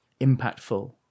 impactful